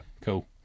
cool